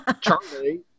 Charlie